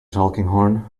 tulkinghorn